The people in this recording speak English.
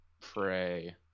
pray